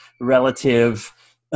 relative